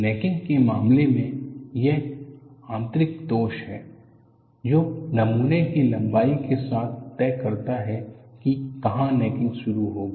necking के मामले में यह आंतरिक दोष है जो नमूना की लंबाई के साथ तय करता है कि कहां नेकिंग शुरू होगी